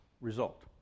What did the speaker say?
result